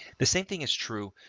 the same thing is true.